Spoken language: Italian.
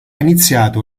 iniziato